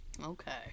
Okay